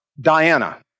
Diana